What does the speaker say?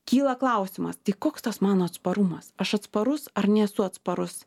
kyla klausimas tai koks tas mano atsparumas aš atsparus ar nesu atsparus